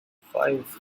five